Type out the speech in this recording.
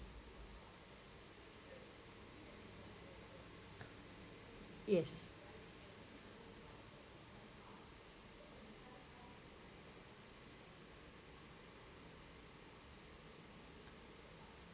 yes